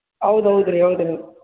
ಹೌದ್ ಹೌದ್ ರೀ